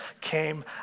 came